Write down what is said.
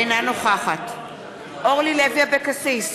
אינה נוכחת אורלי לוי אבקסיס,